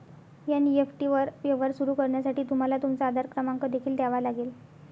NEFT वर व्यवहार सुरू करण्यासाठी तुम्हाला तुमचा आधार क्रमांक देखील द्यावा लागेल